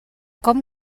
com